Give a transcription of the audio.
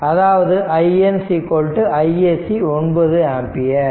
அதாவது IN isc 9 ampere